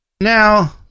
now